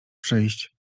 przyjść